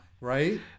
right